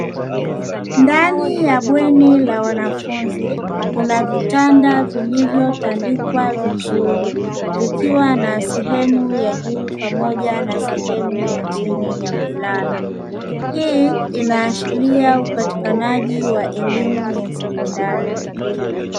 Ndani ya bweni la wanafunzi kuna vitanda vilivyo tandikwa vizuri, vikiwa na sehemu ya juu pamoja na sehemu ya chini ya kulala, hii inaashiria upatikanaji wa elimu ya sekondari.